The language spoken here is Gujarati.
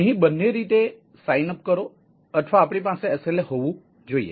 અહીં બંને રીતે સાઇન અપ કરો અથવા આપણી પાસે SLA હોવું જોઈએ